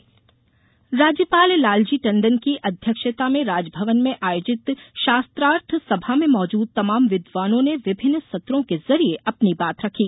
राजभवन शास्त्रार्थ राज्यपाल लालजी टंडन की अध्यक्षता में राजभवन में आयोजित शास्त्रार्थ सभा में मौजूद तमाम विद्वानों ने विभिन्न सत्रों के जरिए अपनी बात रखी